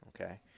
Okay